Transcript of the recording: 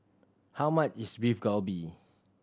how much is Beef Galbi